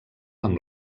amb